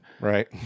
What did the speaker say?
Right